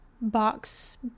box